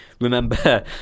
remember